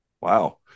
Wow